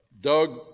Doug